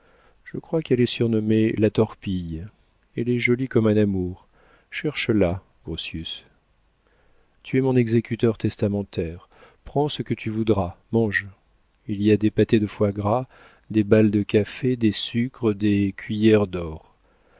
je crois qu'elle est surnommée la torpille elle est jolie comme un amour cherche la grotius tu es mon exécuteur testamentaire prends ce que tu voudras mange il y a des pâtés de foie gras des balles de café des sucres des cuillers d'or